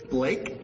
Blake